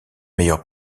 meilleure